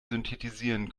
synthetisieren